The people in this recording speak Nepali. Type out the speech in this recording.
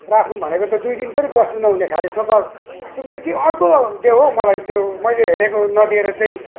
राखौँ भनेको त दुई दिन पनि बस्नु नहुने खाले सोफा तिमीले के अर्को देऊ हौ मालाई त्यो मैले हेरेको नदिएर चाहिँ